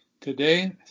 Today